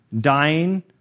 dying